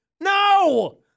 no